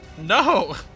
No